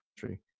country